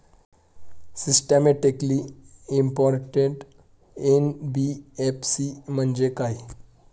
Systematically important NBFC म्हणजे काय?